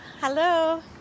hello